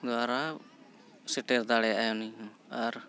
ᱫᱚᱣᱟᱨᱟ ᱥᱮᱴᱮᱨ ᱫᱟᱲᱮᱭᱟᱜᱟᱭ ᱩᱱᱤᱦᱚᱸ ᱟᱨ